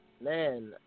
Man